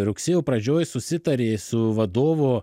rugsėjo pradžioj susitarė su vadovo